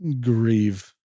grieve